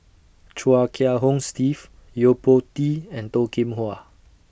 Chia Kiah Hong Steve Yo Po Tee and Toh Kim Hwa